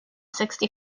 sixty